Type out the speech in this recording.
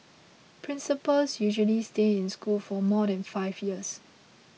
principals usually stay in school for more than five years